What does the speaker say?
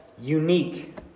unique